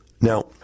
Now